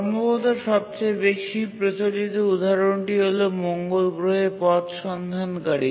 সম্ভবত সবচেয়ে বেশি প্রচলিত উদাহরণটি হল মঙ্গল গ্রহে পথ সন্ধানকারী